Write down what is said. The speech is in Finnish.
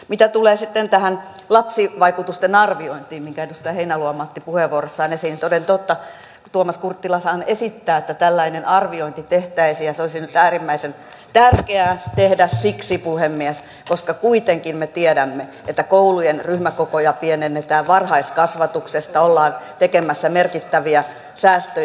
mitä tulee sitten tähän lapsivaikutusten arviointiin minkä edustaja heinäluoma otti puheenvuorossaan esiin niin toden totta tuomas kurttilahan esittää että tällainen arviointi tehtäisiin ja se olisi nyt äärimmäisen tärkeää tehdä puhemies koska kuitenkin me tiedämme että koulujen ryhmäkokoja pienennetään varhaiskasvatuksesta ollaan tekemässä merkittäviä säästöjä